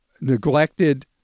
neglected